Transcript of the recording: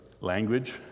language